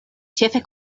ĉefe